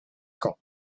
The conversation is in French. caen